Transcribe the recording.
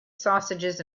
sausages